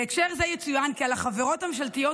בהקשר זה יצוין כי על החברות הממשלתיות